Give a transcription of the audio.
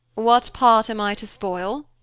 what part am i to spoil?